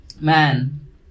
man